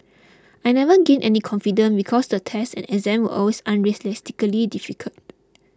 I never gained any confidence because the tests and exams were always unrealistically difficult